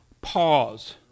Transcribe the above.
Pause